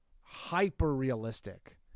hyper-realistic